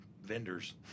vendors